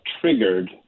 triggered